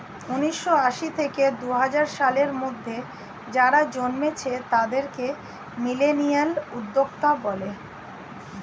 উন্নিশো আশি থেকে দুহাজার সালের মধ্যে যারা জন্মেছে তাদেরকে মিলেনিয়াল উদ্যোক্তা বলে